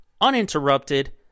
uninterrupted